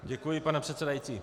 Děkuji, pane předsedající.